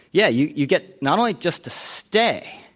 yeah, you you get not only just to stay,